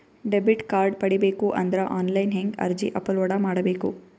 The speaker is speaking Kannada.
ಡೆಬಿಟ್ ಕಾರ್ಡ್ ಪಡಿಬೇಕು ಅಂದ್ರ ಆನ್ಲೈನ್ ಹೆಂಗ್ ಅರ್ಜಿ ಅಪಲೊಡ ಮಾಡಬೇಕು?